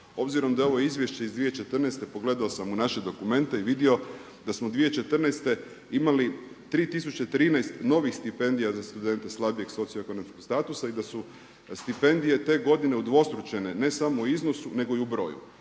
Obzirom da je ovo Izvješće iz 2014. pogledao sam u naše dokumente i vidio da smo 2014. imali 3013 novih stipendija za studente slabijeg socioekonomskog statusa i da su stipendije te godine udvostručene ne samo u iznosu nego i u broju.